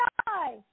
die